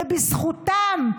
ובזכותם,